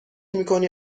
میکنی